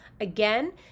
Again